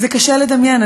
זה קשה לדמיין.